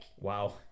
wow